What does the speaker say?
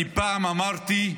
אני פעם אמרתי: